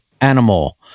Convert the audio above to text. animal